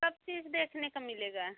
सब चीज़ देखने का मिलेगा